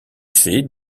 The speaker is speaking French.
sait